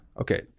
okay